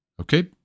Okay